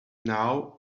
now